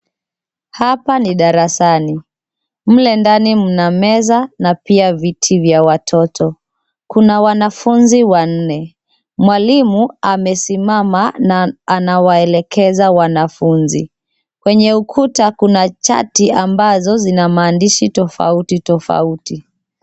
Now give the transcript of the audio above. Hapa ni darasani. Mle ndani mna meza na pia viti vya watoto. Kuna wanafunzi wanne. Mwalimu amesimama na anawaelekeza wanafunzi. Kwenye ukuta kuna chati ambazo zina maandishi tofauti tofauti.